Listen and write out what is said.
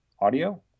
audio